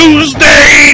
Tuesday